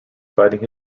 fighting